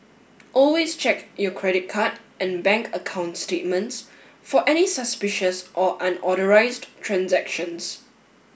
always check your credit card and bank account statements for any suspicious or unauthorised transactions